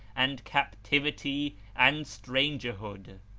and captivity and stranger hood.